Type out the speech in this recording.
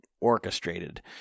orchestrated